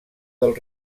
del